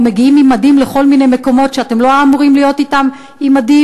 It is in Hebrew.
או מגיעים עם מדים לכל מיני מקומות שאתם לא אמורים להיות בהם במדים,